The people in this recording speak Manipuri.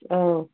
ꯑꯧ